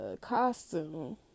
costume